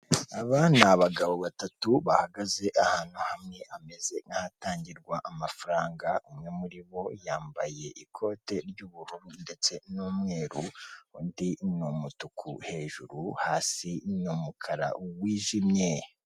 Aba ni abagabo batatu bahagaze ahantu hamwe, hameze nk'ahatangirwa amafaranga, umwe muri bo yambaye ikote ry'ubururu ndetse n'umweru, undi ni umutuku hejuru hasi ni umukara wijimye.